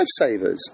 lifesavers